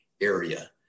area